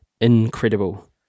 incredible